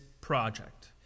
project